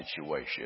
situation